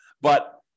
But-